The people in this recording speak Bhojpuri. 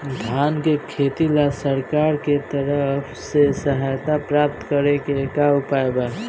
धान के खेती ला सरकार के तरफ से सहायता प्राप्त करें के का उपाय बा?